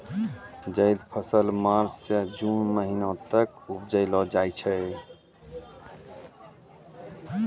जैद फसल मार्च सें जून महीना तक उपजैलो जाय छै